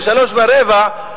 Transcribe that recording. ב-15:15,